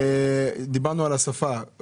דיברנו על השפה,